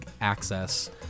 access